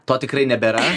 to tikrai nebėra